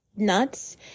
nuts